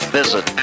visit